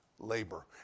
labor